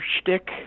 shtick